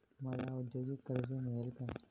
मला औद्योगिक कर्ज मिळू शकेल का?